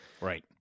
Right